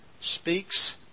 speaks